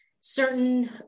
certain